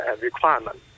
requirement